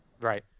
right